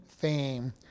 fame